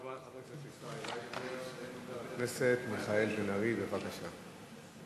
חבר הכנסת מיכאל בן-ארי, בבקשה.